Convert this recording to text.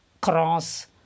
cross